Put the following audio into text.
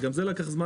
וגם זה לקח זמן